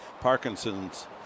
Parkinson's